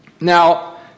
Now